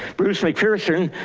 bruce mcpherson,